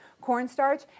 cornstarch